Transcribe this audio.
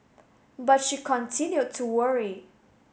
but she continued to worry